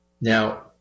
Now